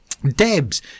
Debs